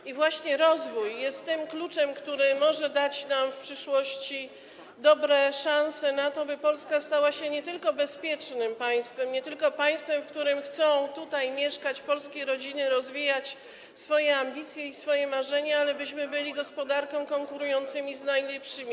I właśnie rozwój jest tym kluczem, który może dać nam w przyszłości dobre szanse na to, by Polska stała się nie tylko bezpiecznym państwem, nie tylko państwem, w którym chcą mieszkać polskie rodziny i rozwijać swoje ambicje i swoje marzenia, ale byśmy byli gospodarką konkurującą z najlepszymi.